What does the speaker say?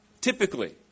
Typically